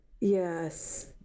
Yes